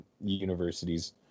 universities